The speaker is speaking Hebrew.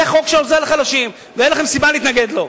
זה חוק שעוזר לחלשים, ואין לכם סיבה להתנגד לו.